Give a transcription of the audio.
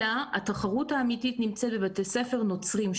התחרות האמיתית נמצאת בבתי ספר נוצריים.